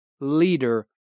leader